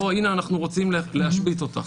או הנה אנחנו רוצים להשבית אותך.